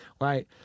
Right